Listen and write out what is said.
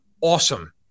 awesome